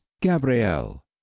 Gabriel